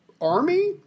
army